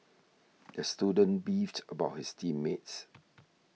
the student beefed about his team mates